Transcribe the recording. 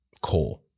core